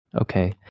Okay